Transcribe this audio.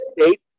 state